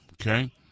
Okay